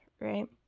right